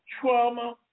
trauma